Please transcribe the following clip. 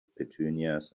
petunias